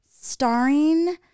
starring